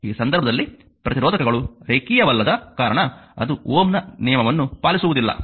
ಈ ಸಂದರ್ಭದಲ್ಲಿ ಪ್ರತಿರೋಧಕಗಳು ರೇಖೀಯವಲ್ಲದ ಕಾರಣ ಅದು Ω ನ ನಿಯಮವನ್ನು ಪಾಲಿಸುವುದಿಲ್ಲ